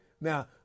Now